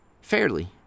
fairly